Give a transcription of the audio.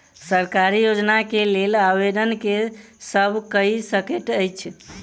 सरकारी योजना केँ लेल आवेदन केँ सब कऽ सकैत अछि?